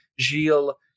Gilles